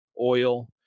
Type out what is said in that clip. oil